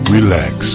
Relax